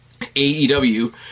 AEW